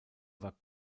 war